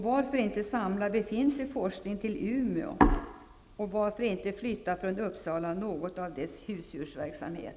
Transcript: Varför inte samla befintlig forskning till Umeå? Och varför inte flytta från Uppsala något av dess husdjursverksamhet?